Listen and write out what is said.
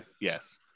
yes